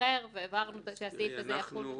אחר והבהרנו שהסעיף הזה יחול.